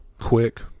quick